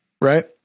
right